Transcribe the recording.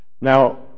Now